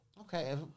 Okay